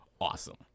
awesome